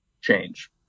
change